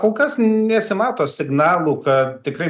kol kas nesimato signalų kad tikrai